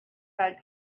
felt